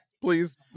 please